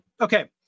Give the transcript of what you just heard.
Okay